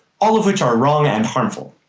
all of which are wrong and harmful.